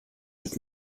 wird